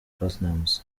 platnumz